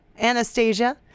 Anastasia